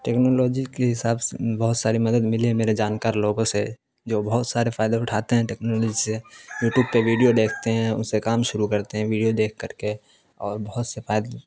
technology کے حساب سے بہت ساری مدد ملی ہے میرے جانکار لوگوں سے جو بہت سارے فائدے اٹھاتے ہیں ٹیکنالوجی سے یو ٹیوب پہ ویڈیو دیکھتے ہیں ان سے کام شروع کرتے ہیں ویڈیو دیکھ کر کے اور بہت سے فائدے